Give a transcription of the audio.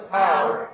power